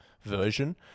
version